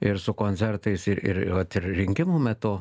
ir su koncertais ir ir vat ir rinkimų metu